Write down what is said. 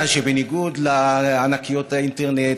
אלא שבניגוד לענקיות האינטרנט,